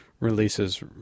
releases